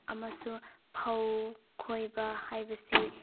ꯑꯃꯁꯨꯡ ꯐꯧ ꯈꯣꯏꯕ ꯍꯥꯏꯕꯁꯤ